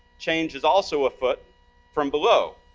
change is also afoot from below,